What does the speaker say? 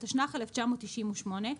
התשנ"ח-1998,